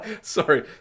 Sorry